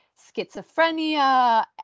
schizophrenia